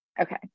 Okay